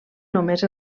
només